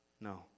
No